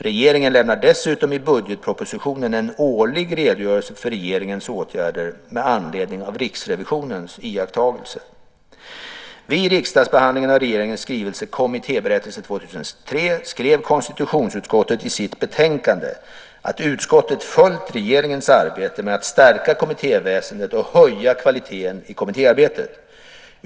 Regeringen lämnar dessutom i budgetpropositionen en årlig redogörelse för regeringens åtgärder med anledning av Riksrevisionens iakttagelser. Vid riksdagsbehandlingen av regeringens skrivelse Kommittéberättelse 2003 skrev konstitutionsutskottet i sitt betänkande att utskottet följt regeringens arbete med att stärka kommittéväsendet och höja kvaliteten i kommittéarbetet.